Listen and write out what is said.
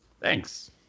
Thanks